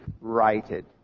righted